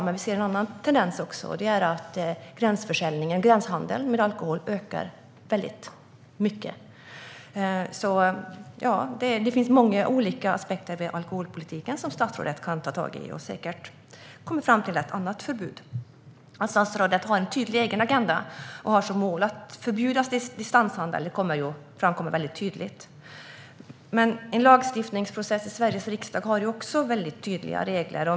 Men vi ser också en annan tendens, och det är att gränshandeln med alkohol ökar väldigt mycket. Det finns många olika aspekter i alkoholpolitiken som statsrådet kan ta tag i, och han kan säkert komma fram till ett annat förbud. Att statsrådet har en tydlig egen agenda och har som mål att förbjuda distanshandel framkommer väldigt tydligt. Men en lagstiftningsprocess i Sveriges riksdag har också väldigt tydliga regler.